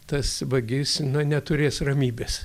tas vagis na neturės ramybės